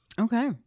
Okay